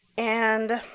and